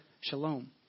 Shalom